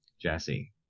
Jesse